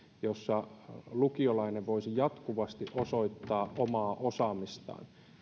jossa lukiolainen voisi jatkuvasti osoittaa omaa osaamistaan